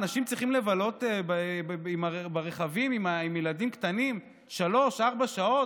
אנשים צריכים לבלות ברכבים עם ילדים קטנים שלוש-ארבע שעות?